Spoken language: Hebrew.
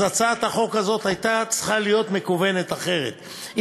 אז הצעת החוק הזאת הייתה מכוונת אחרת,